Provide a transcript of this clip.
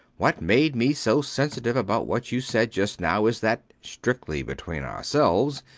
what made me so sensitive about what you said just now is that, strictly between ourselves,